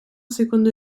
secondo